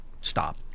stop